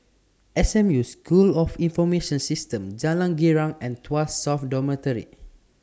S M U School of Information Systems Jalan Girang and Tuas South Dormitory